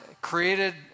created